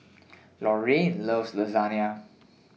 Lorraine loves